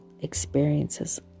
experiences